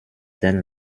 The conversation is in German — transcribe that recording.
den